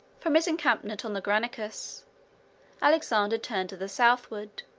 from his encampment on the granicus alexander turned to the southward,